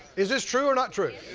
is this true or not true?